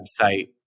website